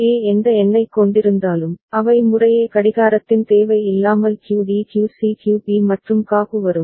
ஏ எந்த எண்ணைக் கொண்டிருந்தாலும் அவை முறையே கடிகாரத்தின் தேவை இல்லாமல் QD QC QB மற்றும் QA க்கு வரும்